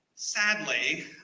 Sadly